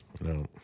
No